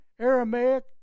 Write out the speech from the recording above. Aramaic